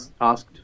asked